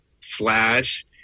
Slash